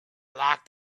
locked